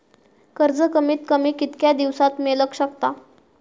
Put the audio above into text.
कर्ज कमीत कमी कितक्या दिवसात मेलक शकता?